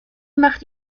macht